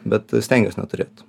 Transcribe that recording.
bet stengiuos neturėt